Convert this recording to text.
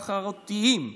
תחרותיים.